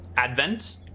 Advent